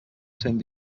cent